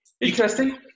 Interesting